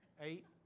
Eight